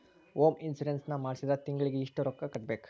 Home insurance ನ ಮಾಡ್ಸಿದ್ರ ತಿಂಗ್ಳಿಗೆ ಎಷ್ಟ್ ರೊಕ್ಕಾ ಕಟ್ಬೇಕ್?